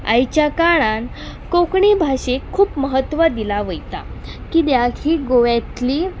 आयच्या काळान कोंकणी भाशेक खूप म्हत्व दिलां वता किद्याक ही गोयांतली